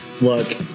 Look